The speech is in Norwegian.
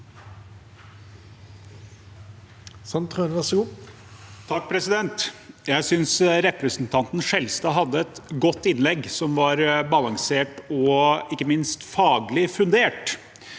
(A) Jeg synes re- presentanten Skjelstad hadde et godt innlegg, som var balansert og ikke minst faglig fundert.